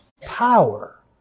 power